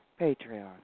Patreon